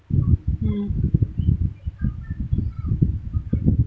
mm